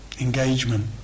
engagement